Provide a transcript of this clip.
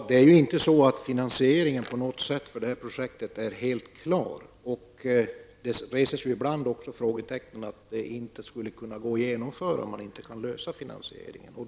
Fru talman! Finansieringen av detta projekt är på intet sätt helt klar. Det ifrågasätts ibland att projektet inte skulle kunna gå att genomföra om man inte kan lösa finansieringen.